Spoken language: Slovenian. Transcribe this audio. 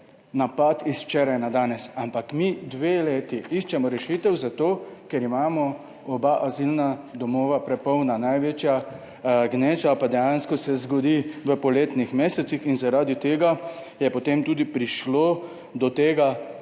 napad iz včeraj na dane, ampak mi dve leti iščemo rešitev za to, ker imamo oba azilna domova prepolna, največja gneča pa dejansko se zgodi v poletnih mesecih. In zaradi tega je potem tudi prišlo do tega,